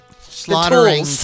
slaughtering